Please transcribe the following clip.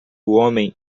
homem